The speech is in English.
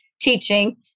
teaching